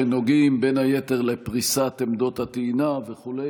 שנוגעים בין היתר לפריסת עמדות הטעינה וכו'.